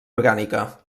orgànica